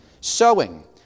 sowing